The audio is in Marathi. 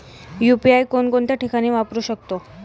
यु.पी.आय कोणकोणत्या ठिकाणी वापरू शकतो?